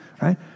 right